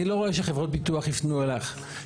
אני לא רואה שחברות ביטוח יפנו אלייך.